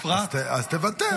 אז תוותר.